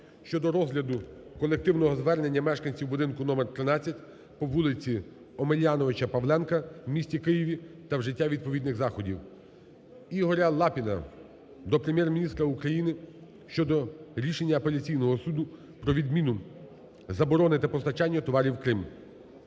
щодо розгляду колективного звернення мешканців будинку № 13 по вулиці Омеляновича-Павленка у місті Києві та вжиття відповідних заходів. Ігоря Лапіна до Прем'єр-міністра України щодо рішення апеляційного суду про відміну заборони на постачання товарів в Крим.